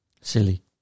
silly